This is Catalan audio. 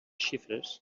xifres